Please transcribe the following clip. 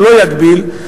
לא יגביל,